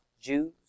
Jews